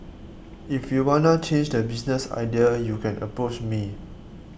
if you wanna change the business idea U can approach me